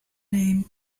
name